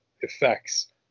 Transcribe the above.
effects